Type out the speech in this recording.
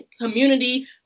community